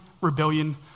rebellion